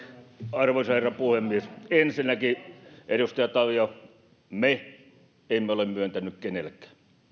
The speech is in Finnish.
arvoisa herra puhemies ensinnäkin edustaja tavio me emme ole myöntäneet kenellekään